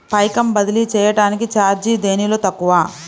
పైకం బదిలీ చెయ్యటానికి చార్జీ దేనిలో తక్కువ?